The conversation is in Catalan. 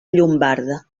llombarda